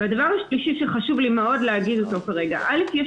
הדבר השלישי שחשוב לי להגיד כרגע הוא שיש